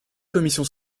commissions